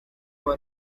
for